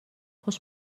خوش